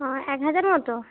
ও এক হাজার মতো